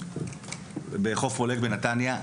לחוף פולג בנתניה.